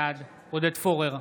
בעד עודד פורר,